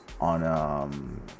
on